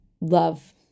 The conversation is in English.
love